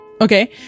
okay